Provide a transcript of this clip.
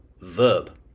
verb